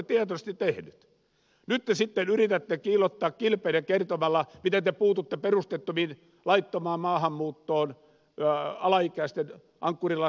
nyt te sitten yritätte kiillottaa kilpeänne kertomalla miten te puututte perusteettomaan laittomaan maahanmuuttoon alaikäisten ankkurilapsi ilmiöön